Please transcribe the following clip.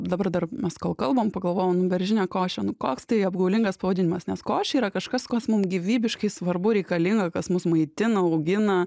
dabar dar mes kol kalbam pagalvojau nu beržinė košė nu koks tai apgaulingas pavadinimas nes košė yra kažkas kas mum gyvybiškai svarbu reikalinga kas mus maitina augina